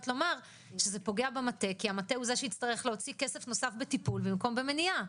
כי המטה הוא זה שיצטרך להוציא כסף נוסף בטיפול במקום במניעה.